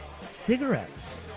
Cigarettes